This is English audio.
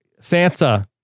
Sansa